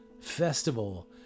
Festival